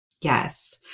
Yes